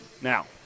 Now